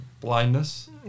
Blindness